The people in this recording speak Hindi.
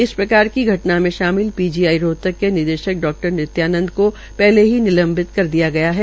इस प्रकार की घटन में शामिल पीजीआई रोहतक के निदेशक डा नित्यानंद को पहले ही निलंबित कर दिया गया है